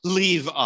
leave